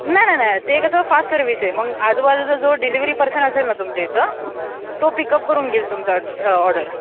नाही नाही नाही ते कसं फास्ट सर्विस आहे मग आजूबाजूचा जो डिलिवरी पर्सन असेल ना तुमच्या इथं तो पिकअप करून घेईल तुमचा य ऑर्डर